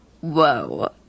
Whoa